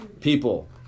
people